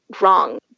wrong